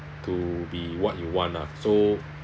to be what you want ah so